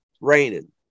raining